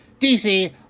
DC